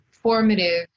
formative